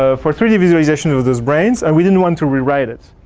ah for three d visualization of those brains, and we didn't want to rewrite it.